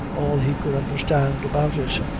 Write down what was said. all he could understand about it.